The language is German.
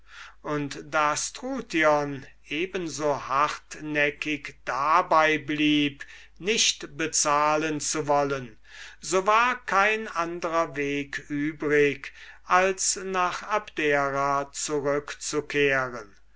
und da struthion eben so hartnäckig dabei blieb nicht bezahlen zu wollen so war zuletzt kein andrer weg übrig als nach abdera zurückzukehren